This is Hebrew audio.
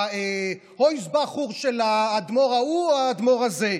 ומה"הויז בחור" של האדמו"ר ההוא או האדמו"ר הזה.